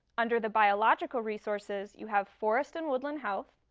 under the biological resources, you have forest and woodland health,